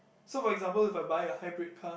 so for example if I buy a hybrid car